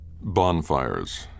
Bonfires